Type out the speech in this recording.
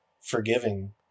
forgiving